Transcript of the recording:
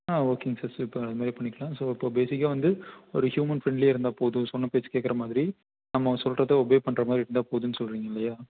ஆ ஓகேங்க sir super அதுமாரியே பண்ணிக்கிலாம் ஸோ இப்போ பேசிக்காக வந்து ஒரு ஹியூமன் ஃப்ரெண்ட்லியாக இருந்தால்போதும் சொன்ன பேச்சு கேட்குற மாதிரி நம்ம சொல்றதை ஒபே பண்றமாதிரி இருந்தால் போதும்ன்னு சொல்லுறீங்க இல்லையா